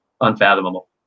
unfathomable